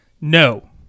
No